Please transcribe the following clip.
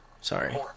Sorry